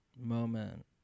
moment